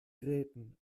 gräten